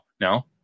No